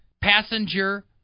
passenger